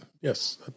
Yes